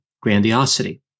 grandiosity